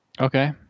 Okay